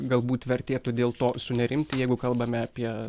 galbūt vertėtų dėl to sunerimti jeigu kalbame apie